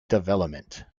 development